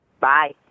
Bye